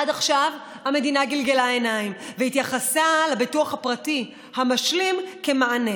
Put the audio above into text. עד עכשיו המדינה גלגלה עיניים והתייחסה לביטוח הפרטי המשלים כמענה,